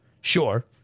sure